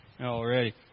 Already